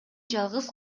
жалгыз